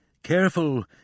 Careful